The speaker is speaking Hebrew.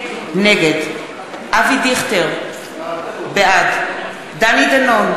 נגד אבי דיכטר, בעד דני דנון,